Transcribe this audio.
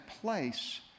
place